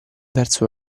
verso